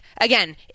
Again